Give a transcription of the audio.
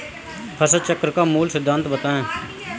फसल चक्र का मूल सिद्धांत बताएँ?